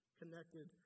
connected